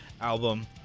album